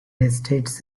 estates